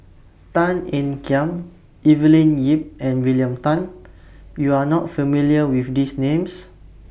Tan Ean Kiam Evelyn Lip and William Tan YOU Are not familiar with These Names